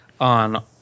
on